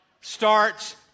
starts